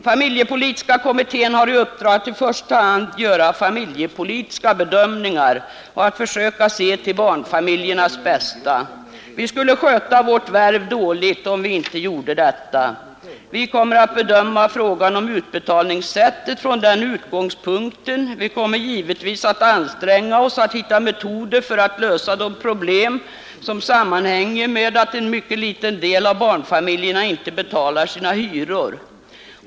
Familjepolitiska kommittén har i uppdrag att i första hand göra familjepolitiska bedömningar och försöka se till barnfamiljernas bästa. Vi skulle sköta vårt värv dåligt, om vi inte gjorde detta. Vi kommer att bedöma frågan om utbetalningssättet från den utgångspunkten, och vi kommer givetvis att anstränga oss att hitta metoder för att lösa de problem som sammanhänger med att en mycket liten del av barnfamiljerna inte betalar sina hyror.